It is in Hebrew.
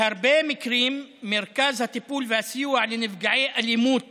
בהרבה מקרים מרכזי הטיפול והסיוע לנפגעי אלימות